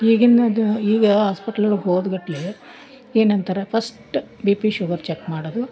ಈಗಿನದ್ದು ಈಗ ಆಸ್ಪಿಟ್ಲೊಳ್ಗೆ ಹೋದ್ಕೂಡ್ಲೆ ಏನಂತಾರ first B P sugar check ಮಾಡೋದು